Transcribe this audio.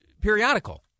periodical